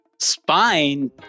Spine